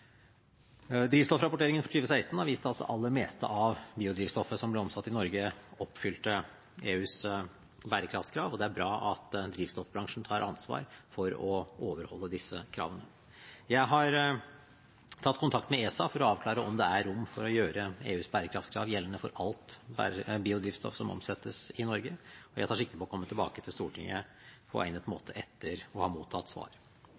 for 2016 har vist at det aller meste av biodrivstoffet som ble omsatt i Norge, oppfylte EUs bærekraftskrav, og det er bra at drivstoffbransjen tar ansvar for å overholde disse kravene. Jeg har tatt kontakt med ESA for å avklare om det er rom for å gjøre EUs bærekraftskrav gjeldende for alt biodrivstoff som omsettes i Norge, og jeg tar sikte på å komme tilbake til Stortinget på egnet måte etter å ha mottatt svar.